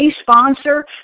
sponsor